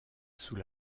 sous